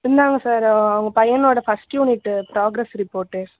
இந்தாங்க சார் உங்கள் பையனோட ஃபர்ஸ்ட் யூனிட்டு ப்ராக்ரஸ் ரிப்போர்ட்டு